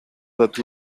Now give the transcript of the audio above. that